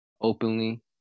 openly